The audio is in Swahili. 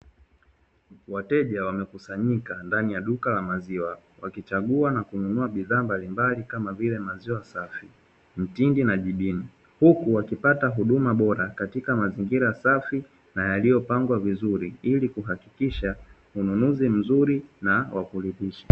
Wateja wamekusanyika ndani ya duka la maziwa, wakichagua na kununua bidhaa mbalimbali kama vile; maziwa safi, mtindi na jibini huku wakipata huduma bora katika mazingira safi na yaliyopangwa vizuri ili kuhakikisha ununuzi mzuri na wa kuridhisha.